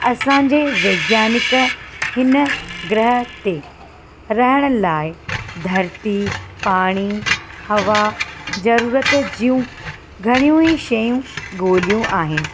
असांजे वैज्ञानिक हिन हिन ग्रह ते रहण लाइ धरती पाणी हवा ज़रूरत जूं घणियूं ही शयूं ॻोल्हियूं आहिनि